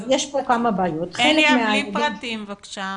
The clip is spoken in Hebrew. יש פה כמה בעיות --- בלי פרטים בבקשה.